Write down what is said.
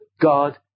God